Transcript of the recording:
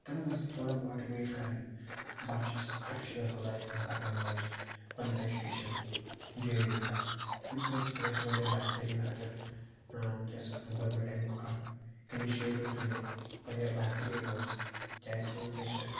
تِم گَژھَن تھوڑا ماٹِویٹ کَرٕنۍ بَچَس کیاہ چھُ گَژھان لایفہِ مَنٛز اگر نہٕ بَچہِ پَنن ایٚجُکیشَن جٲری تھایہِ امہِ سۭتۍ گَژھِ واریاہ بہتریٖن اگر ونکٮ۪س گورمنت امیُک اکھ اِنِشِیٹِو تُلہٕ واریاہ بہتریٖن روزِ تہِ کیازکہِ ونکٮ۪س چھِ